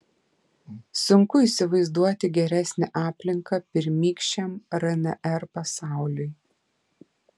sunku įsivaizduoti geresnę aplinką pirmykščiam rnr pasauliui